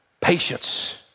Patience